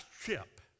ship